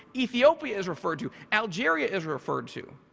ethiopia is referred to, algeria is referred to,